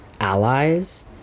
allies